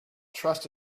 trust